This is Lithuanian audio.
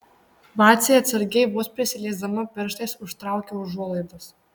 vacė atsargiai vos prisiliesdama pirštais užtraukia užuolaidas